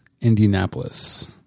indianapolis